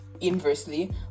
inversely